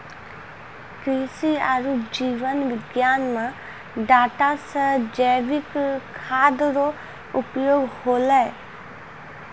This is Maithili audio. कृषि आरु जीव विज्ञान मे डाटा से जैविक खाद्य रो उपयोग होलै